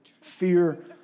Fear